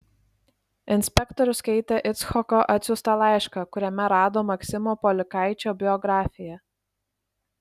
inspektorius skaitė icchoko atsiųstą laišką kuriame rado maksimo polikaičio biografiją